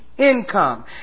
Income